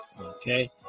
Okay